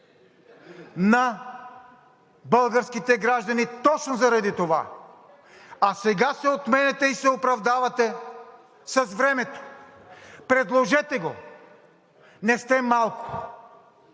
на българските граждани точно заради това, а сега се отмятате и се оправдавате с времето. Предложете го, не сте малко.